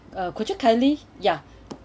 could you kindly ya